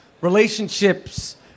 relationships